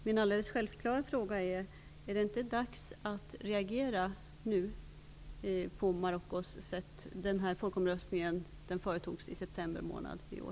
Min alldeles självklara fråga blir då om det inte är dags att reagera nu på Marockos sätt att sköta det hela. Folkomröstningen företogs i september månad i år.